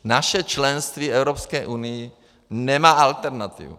Naše členství v Evropské unii nemá alternativu.